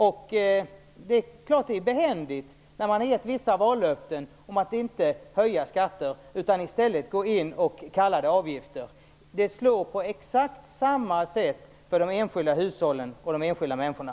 Det är klart att det är behändigt, när man har gett vissa vallöften om att inte höja skatter, att i stället kalla det avgifter. Det slår på exakt samma sätt för de enskilda hushållen och de enskilda människorna.